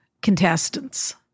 contestants